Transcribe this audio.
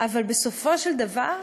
אבל בסופו של דבר,